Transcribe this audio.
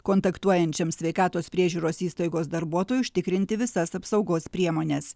kontaktuojančiam sveikatos priežiūros įstaigos darbuotojui užtikrinti visas apsaugos priemones